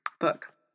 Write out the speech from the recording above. book